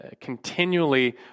continually